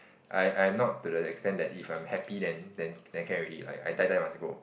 I I not to the extent that if I'm happy then then then can already I die die must go